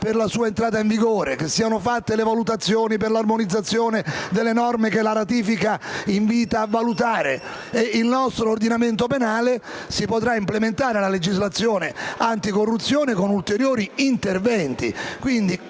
per l'entrata in vigore, che saranno effettuate le valutazioni per l'armonizzazione delle norme che la ratifica invita a fare nel nostro ordinamento penale - ad implementare la legislazione anticorruzione con ulteriori interventi.